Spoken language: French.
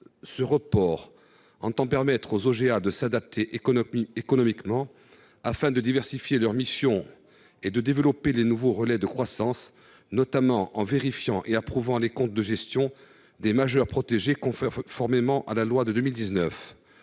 Ce report tend à permettre aux OGA de s’adapter économiquement afin de diversifier leurs missions et de développer les nouveaux relais de croissance, notamment pour la vérification et l’approbation des comptes de gestion des majeurs protégés, conformément à la loi de 2019.